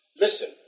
Listen